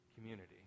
community